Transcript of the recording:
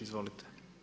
Izvolite.